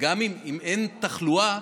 אם אין תחלואה,